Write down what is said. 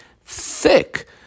thick